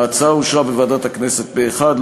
ההצעה אושרה בוועדת הכנסת פה-אחד,